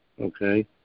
okay